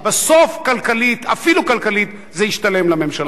בסוף, כלכלית, אפילו כלכלית, זה ישתלם לממשלה.